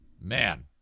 Man